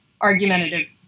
argumentative